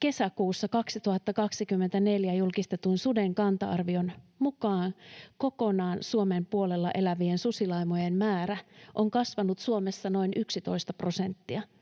kesäkuussa 2024 julkistetun suden kanta-arvion mukaan kokonaan Suomen puolella elävien susilaumojen määrä on kasvanut Suomessa noin 11 prosenttia.